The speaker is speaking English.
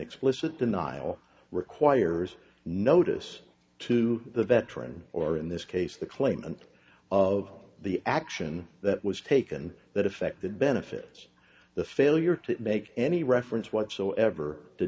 explicit denial requires notice to the veteran or in this case the claimant of the action that was taken that effected benefit the failure to make any reference whatsoever to